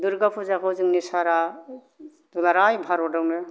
दुर्गा फुजाखौ जोंनि सारा दुलाराय भारतआवनो